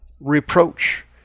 Reproach